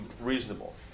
reasonable